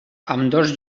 ambdós